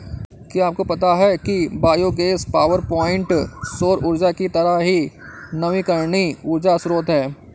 क्या आपको पता है कि बायोगैस पावरप्वाइंट सौर ऊर्जा की तरह ही नवीकरणीय ऊर्जा स्रोत है